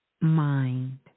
mind